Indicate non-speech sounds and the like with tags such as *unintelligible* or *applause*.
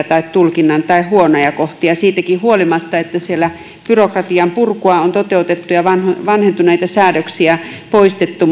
*unintelligible* tai tulkittavia tai huonoja kohtia siitäkin huolimatta että siellä byrokratian purkua on toteutettu ja vanhentuneita säädöksiä poistettu *unintelligible*